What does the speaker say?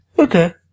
Okay